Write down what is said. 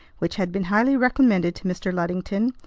which had been highly recommended to mr. luddington,